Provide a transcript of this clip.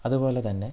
അതുപോലെ തന്നെ